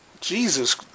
Jesus